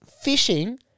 fishing